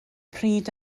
pryd